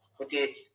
okay